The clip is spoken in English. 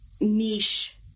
niche